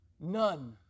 None